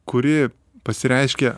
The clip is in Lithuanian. kuri pasireiškia